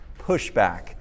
Pushback